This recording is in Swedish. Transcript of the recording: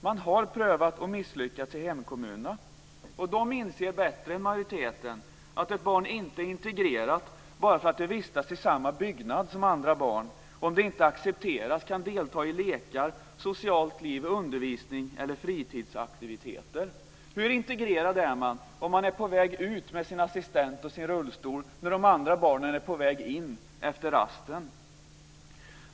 Man har prövat och misslyckats i hemkommunerna. De inser bättre än majoriteten att ett barn inte är integrerat bara för att det vistas i samma byggnad som andra barn om det inte accepteras och kan delta i lekar, socialt liv, undervisning eller fritidsaktiviteter. Hur integrerad är man om man är på väg ut med sin assistent och sin rullstol när de andra barnen är på väg in efter rasten?